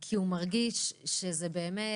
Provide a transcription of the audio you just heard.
כי הוא מרגיש שזה באמת